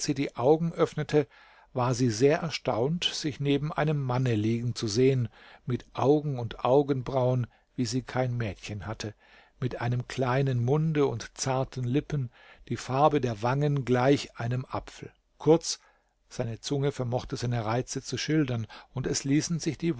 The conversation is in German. die augen öffnete war sie sehr erstaunt sich neben einem mann liegen zu sehen mit augen und augenbrauen wie sie kein mädchen hatte mit einem kleinen munde und zarten lippen die farbe der wangen gleich einem apfel kurz seine zunge vermochte seine reize zu schildern und es ließen sich die